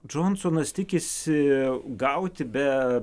džonsonas tikisi gauti be